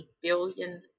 billion